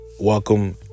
Welcome